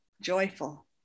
Joyful